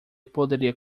poderia